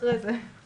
אחר כך אני אתייחס.